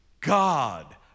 God